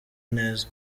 neza